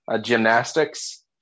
gymnastics